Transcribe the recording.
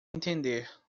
entender